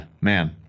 man